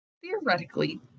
Theoretically